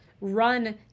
run